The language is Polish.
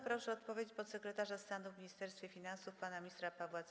Proszę o odpowiedź podsekretarza stanu w Ministerstwie Finansów pana ministra Pawła